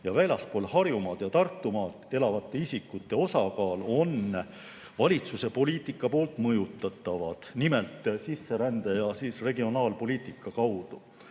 väljaspool Harjumaad ja Tartumaad elavate isikute osakaal on valitsuse poliitika poolt mõjutatavad, nimelt sisserände‑ ja regionaalpoliitika kaudu.